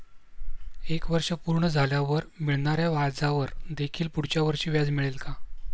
एक वर्ष पूर्ण झाल्यावर मिळणाऱ्या व्याजावर देखील पुढच्या वर्षी व्याज मिळेल का?